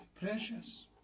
precious